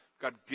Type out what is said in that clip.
God